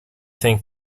think